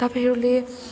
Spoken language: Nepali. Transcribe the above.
तपाईँहरूले